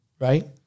right